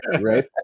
right